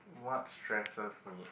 what stresses me